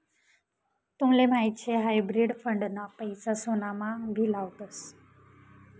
तुमले माहीत शे हायब्रिड फंड ना पैसा सोनामा भी लावतस